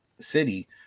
city